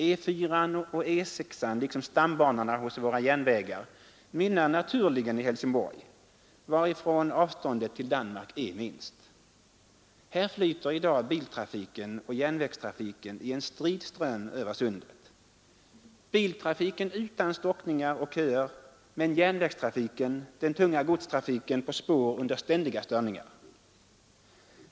E 4 och E6 liksom stambanorna hos våra järnvägar mynnar naturligen i Helsingborg, varifrån avståndet till Danmark är minst. Här flyter i dag biltrafiken och järnvägstrafiken i en strid ström över sundet. Biltrafiken utan stockningar och köer men järnvägstrafiken, den tunga godstrafiken på spår, under ständiga störningar.